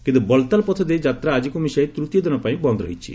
କିନ୍ତୁ ବଲତାଲ୍ ପଥଦେଇ ଯାତ୍ରା ଆଜିକୁ ମିଶାଇ ତୃତୀୟ ଦିନ ପାଇଁ ବନ୍ଦ ରହିଛି